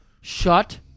shut